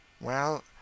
Well